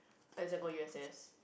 except for U_S_S